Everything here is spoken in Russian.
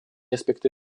аспекты